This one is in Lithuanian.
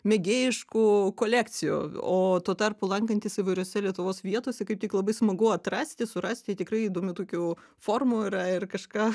mėgėjiškų kolekcijų o tuo tarpu lankantis įvairiose lietuvos vietose kaip tik labai smagu atrasti surasti tikrai įdomių tokių formų yra ir kažką